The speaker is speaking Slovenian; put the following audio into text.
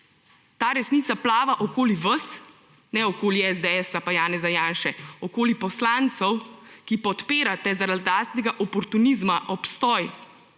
ta resnica plava okoli vas, ne okoli SDS pa Janeza Janše, okoli poslancev, ki podpirate zaradi lastnega oportunizma obstoj